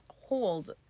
hold